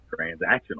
transactional